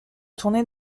tourné